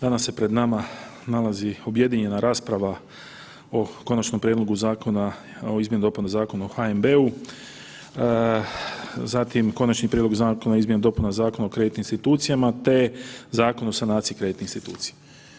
Danas se pred nama nalazi objedinjena rasprava o Konačnom prijedlogu zakona o izmjenama i dopunama Zakona o HNB-u, zatim Konačni prijedlog zakona o izmjenama i dopunama Zakona o kreditnim institucijama, te Zakon o sanaciji kreditnih institucija.